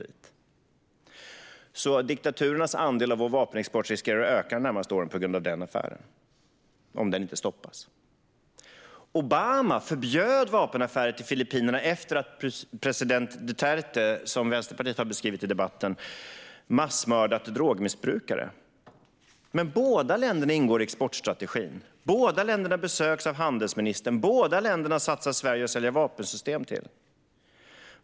Diktaturernas andel av vår vapenexport riskerar alltså att öka de närmaste åren på grund av denna affär, om den inte stoppas. Obama förbjöd vapenaffärer till Filippinerna efter att president Duterte massmördat drogmissbrukare, vilket Vänsterpartiets representant har beskrivit här i debatten. Men båda dessa länder ingår i exportstrategin. Båda dessa länder besöks av handelsministern, och båda dessa länder satsar Sverige att sälja vapensystem till.